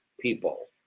people